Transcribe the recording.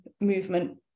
movement